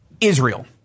Israel